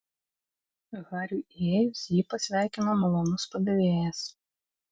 hariui įėjus jį pasveikino malonus padavėjas